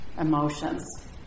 emotions